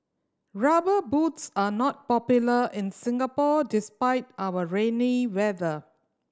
Rubber Boots are not popular in Singapore despite our rainy weather